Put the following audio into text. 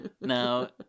Now